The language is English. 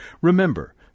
Remember